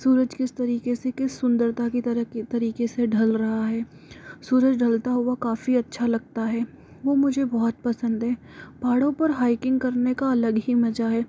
सूरज किस तरीके से किस सुंदरता की तरह तरीके से ढल रहा है सूरज ढलता हुआ काफ़ी अच्छा लगता है वो मुझे बहुत पसंद है पहाड़ों पर हाइकिंग करने का अलग ही मज़ा है